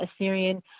Assyrian